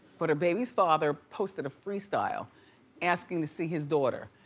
but her baby's father posted a freestyle asking to see his daughter.